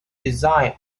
design